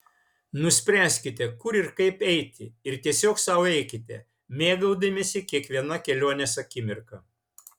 nuspręskite kur ir kaip eiti ir tiesiog sau eikite mėgaudamiesi kiekviena kelionės akimirka